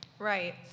Right